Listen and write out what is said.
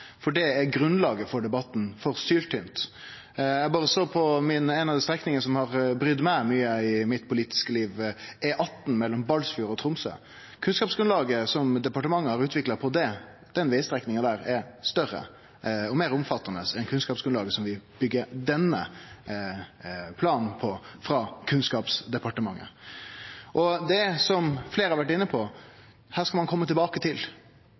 Til det er grunnlaget for debatten for syltynt. Eg har sett på ei av dei strekningane som har brydd meg mykje i mitt politiske liv, E18 mellom Balsfjord og Tromsø. Kunnskapsgrunnlaget som departementet har utvikla for den vegstrekninga, er større og meir omfattande enn kunnskapsgrunnlaget som vi byggjer denne planen på, frå Kunnskapsdepartementet. Det er slik, som fleire har vore inne på, at det skal ein kome tilbake til.